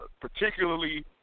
particularly